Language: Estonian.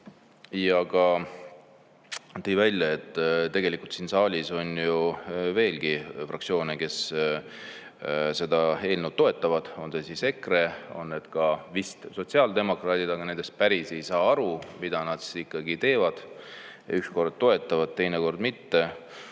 ütles, tõi välja, et tegelikult siin saalis on ju veelgi fraktsioone, kes seda eelnõu toetavad – on see siis EKRE, on need ka vist sotsiaaldemokraadid, aga nendest päris ei saa aru, mida nad ikkagi teevad, ükskord toetavad, teinekord mitte.